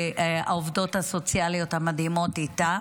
והעובדות הסוציאליות המדהימות שאיתה.